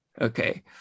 Okay